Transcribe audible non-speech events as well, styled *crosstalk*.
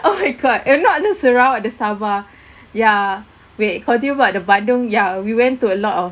oh my god if not the sarawak the sabah *breath* ya wait continue about the bandung ya we went to a lot of